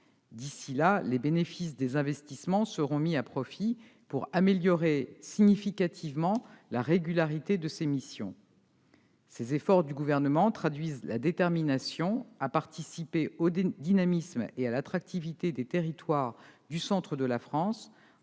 D'ici là, les bénéfices des investissements seront mis à profit pour améliorer significativement la régularité de ces missions. Ces efforts du Gouvernement traduisent sa détermination à participer au dynamisme et à l'attractivité des territoires du centre de la France,